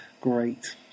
Great